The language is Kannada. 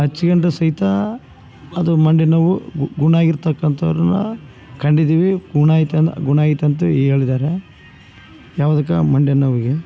ಹಚ್ಕೊಂಡರೆ ಸಹಿತ ಅದು ಮಂಡಿ ನೋವು ಗುಣ ಆಗಿರ್ತಕ್ಕಂಥವ್ರನ್ನ ಕಂಡಿದ್ದೀವಿ ಗುಣ ಆಯ್ತು ಅಂದು ಗುಣ ಆಯಿತಂತ ಹೇಳಿದ್ದಾರೆ ಯಾವ್ದುಕ್ಕೆ ಮಂಡಿ ನೋವಿಗೆ